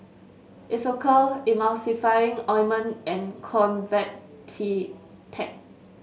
Isocal Emulsying Ointment and